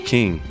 King